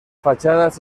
fachadas